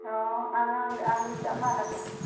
ꯑꯣ ꯑꯉꯥꯡ ꯑꯍꯟ ꯆꯞ ꯃꯥꯟꯅꯕ꯭ꯔꯣ